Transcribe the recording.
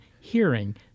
hearing